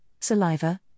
saliva